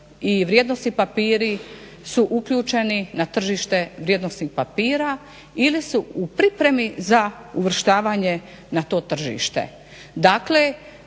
i vrijednosni papiri su uključeni na tržište vrijednosnih papira ili su u pripremi za uvrštavanje na to tržište.